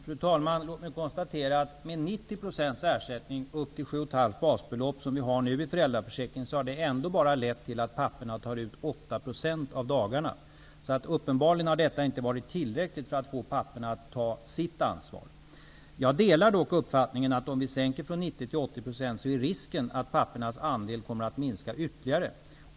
Fru talman! Låt mig konstatera att den nuvarande situationen med en ersättningsnivå på 90 % upp till 7,5 basbelopp har ändå bara lett till att papporna tar ut 8 % av dagarna. Uppenbarligen har detta inte varit tillräckligt för att få papporna att ta sitt ansvar. Jag delar dock uppfattningen att om ersättningsnivån sänks från 90 % till 80 % är risken att pappornas andel av uttaget av dagar kommer att minska ytterligare.